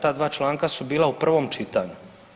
Ta dva članka su bila u prvom čitanju.